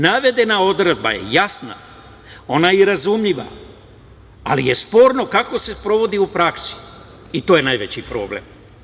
Navedena odredba je jasna, ona je i razumljiva, ali je sporno kako se sprovodi u praksi i to je najveći problem.